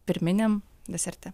pirminiam deserte